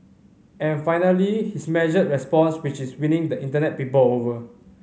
and finally his measured response which is winning the Internet people over